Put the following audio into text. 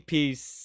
Peace